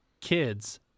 kids